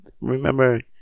remember